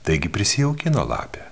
taigi prisijaukino lapę